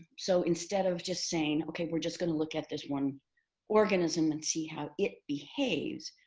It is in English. so instead of just saying, okay, we're just going to look at this one organism and see how it behaves,